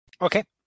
Okay